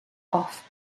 off